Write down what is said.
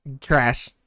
Trash